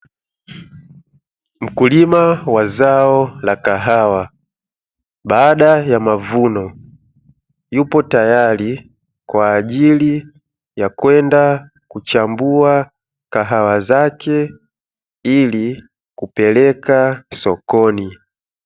Mkulima wa zao la kahawa baada ya mavuno yupo tayari kwa ajili ya kwenda kuchambua kahawa zake ili kupeleka sokoni.